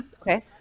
Okay